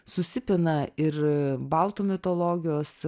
susipina ir baltų mitologijos